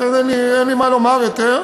אין לי מה לומר עוד.